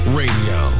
radio